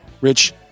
Rich